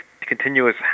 continuous